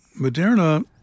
Moderna